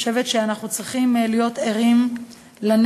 אני חושבת שאנחנו צריכים להיות ערים לנתונים,